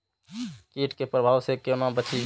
कीट के प्रभाव से कोना बचीं?